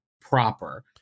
proper